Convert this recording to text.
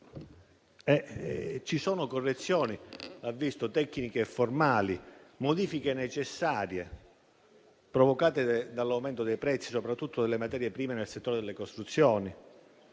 Ci sono correzioni tecniche e formali, modifiche necessarie, provocate dall'aumento dei prezzi, soprattutto delle materie prime nel settore delle costruzioni,